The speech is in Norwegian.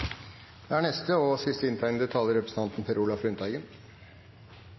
Da skal representanten Per Olaf Lundteigen